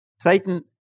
Satan